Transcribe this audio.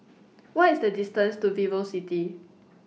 What IS The distance to Vivocity